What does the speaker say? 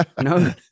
No